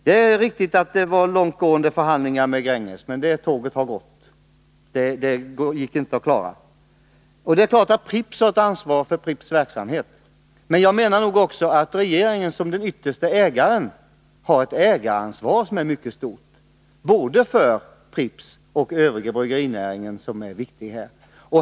Det är riktigt att det var långtgående förhandlingar med Gränges, men det tåget har gått. Det gick inte att klara. Det är klart att Pripps har ett ansvar för sin egen verksamhet. Men jag menar också att regeringen som den yttersta ägaren har ett mycket stort ansvar för både Pripps och övrig bryggerinäring, som är viktig.